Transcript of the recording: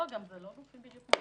אלה לא בדיוק גופים מקבילים.